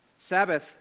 Sabbath